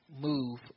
move